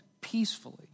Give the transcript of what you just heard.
peacefully